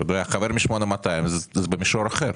אתה יודע חבר מ-8200 זה במישור אחר,